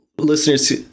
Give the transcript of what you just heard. Listeners